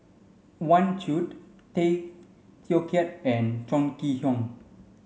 Wang Chunde Tay Teow Kiat and Chong Kee Hiong